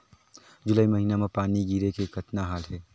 जुलाई महीना म पानी गिरे के कतना हाल हे?